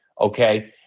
okay